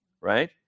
Right